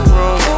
room